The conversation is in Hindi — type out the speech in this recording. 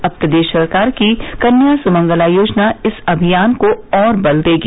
अब प्रदेश सरकार की कन्या समंगला योजना इस अभियान को और बल देगी